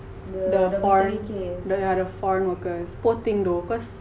the foreign yeah the foreign workers sporting !duh! cause